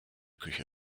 küche